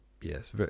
Yes